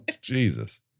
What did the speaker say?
Jesus